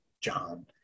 John